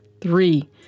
three